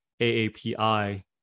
AAPI